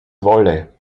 wolle